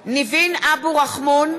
בשמות חברי הכנסת) ניבין אבו רחמון,